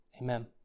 Amen